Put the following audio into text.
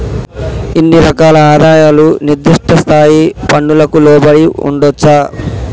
ఇన్ని రకాల ఆదాయాలు నిర్దిష్ట స్థాయి పన్నులకు లోబడి ఉండొచ్చా